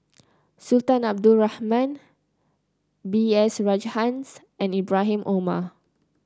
Sultan Abdul Rahman B S Rajhans and Ibrahim Omar